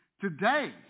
today